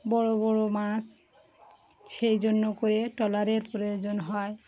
ব বড় বড় মাছ সেই জন্য করে ট্রলারের প্রয়োজন হয়